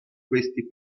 questi